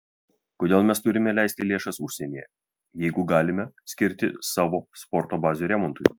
kodėl mes turime leisti lėšas užsienyje jeigu galime skirti savo sporto bazių remontui